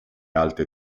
alte